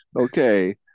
okay